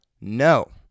no